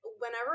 Whenever